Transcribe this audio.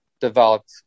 developed